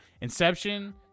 inception